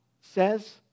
says